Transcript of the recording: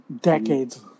decades